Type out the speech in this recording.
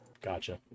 Gotcha